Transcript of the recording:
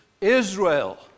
Israel